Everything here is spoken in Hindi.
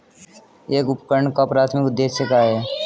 एक उपकरण का प्राथमिक उद्देश्य क्या है?